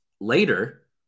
later